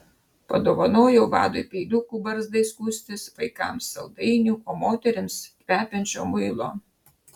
padovanojau vadui peiliukų barzdai skustis vaikams saldainių o moterims kvepiančio muilo